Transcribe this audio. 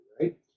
right